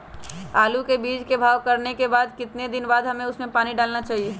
आलू के बीज के भाव करने के बाद कितने दिन बाद हमें उसने पानी डाला चाहिए?